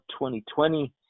2020